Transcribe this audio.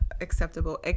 acceptable